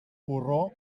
porró